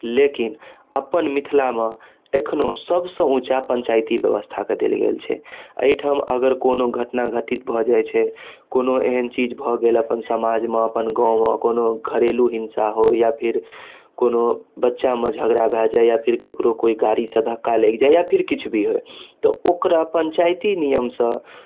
लेकिन अपन मिथिला मऽ एखनो सबसँ ऊँचा पञ्चायती व्यवस्था के देल गेल छै एहिठाम अगर कोनो घटना घटित भऽ जाइ छै कोनो एहन चीज भऽ गेल अपन समाज मऽअपन गाँव मऽ घरेलु हिंसा हो या फिर या कोनो बच्चा मऽ झगड़ा भऽ जाइया या ककरो कोइ गाड़ी से धक्का लागि जाइया या किछ भी होय तऽ ओकरा पञ्चायती नियमसँ